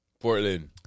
Portland